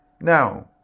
Now